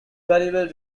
valuable